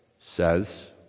says